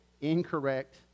incorrect